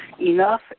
Enough